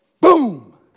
Boom